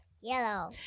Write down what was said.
Yellow